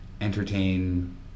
entertain